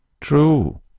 True